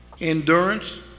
Endurance